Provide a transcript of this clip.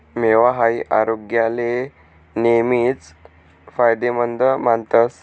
मेवा हाई आरोग्याले नेहमीच फायदेमंद मानतस